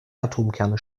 atomkerne